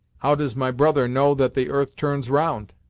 how does my brother know that the earth turns round?